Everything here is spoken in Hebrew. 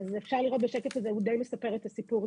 אז אפשר לראות בשקף הזה, הוא די מספר את הסיפור.